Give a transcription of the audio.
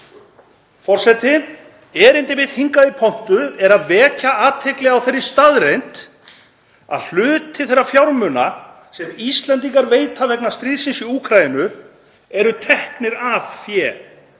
Forseti. Erindi mitt hingað í pontu er að vekja athygli á þeirri staðreynd að hluti þeirra fjármuna sem Íslendingar veita vegna stríðsins í Úkraínu er tekinn af fé